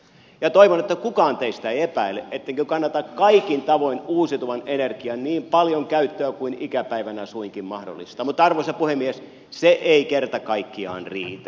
ja toivon että kukaan teistä ei epäile ettenkö kannata kaikin tavoin uusiutuvan energian käyttöä niin paljon kuin ikäpäivänä suinkin mahdollista mutta arvoisa puhemies se ei kerta kaikkiaan riitä